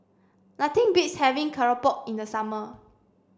nothing beats having Keropok in the summer